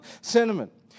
sentiment